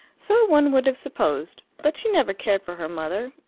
so one would have supposed. but she never cared for her mother,